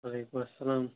وعلیکُم اسلام